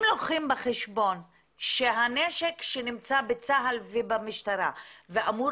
אם לוקחים בחשבון שהנשק שנמצא בצה"ל ובמשטרה ואמור